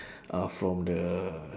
are from the